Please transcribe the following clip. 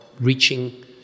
reaching